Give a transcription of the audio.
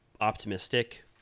optimistic